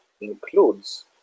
includes